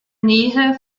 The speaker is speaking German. nähe